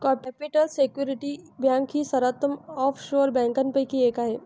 capital security bank ही सर्वोत्तम offshore बँकांपैकी एक आहे